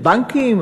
לבנקים,